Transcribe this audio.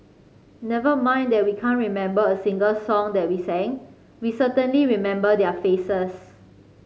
never mind that we can't remember a single song that we sing we certainly remember their faces